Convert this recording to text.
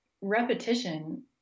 repetition